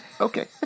Okay